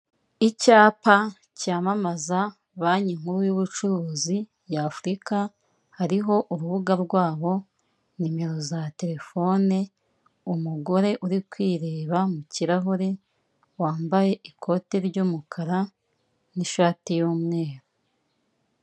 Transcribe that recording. Icyapa cyamamaza banki nkuru y'ubucuruzi ya Afurika, hariho urubuga rwabo, nimero za telefone, umugore uri kwireba mu kirahure, wambaye ikote ry'umukara n'ishati y'umweru.